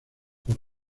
por